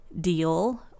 deal